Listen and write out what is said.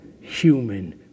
human